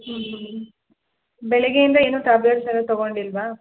ಹ್ಞೂ ಹ್ಞೂ ಹ್ಞೂ ಬೆಳಗ್ಗೆ ಇಂದ ಏನು ಟ್ಯಾಬ್ಲೆಟ್ಸ್ ಏನು ತಗೊಂಡಿಲ್ಲವಾ